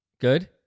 good